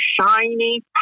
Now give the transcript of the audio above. shiny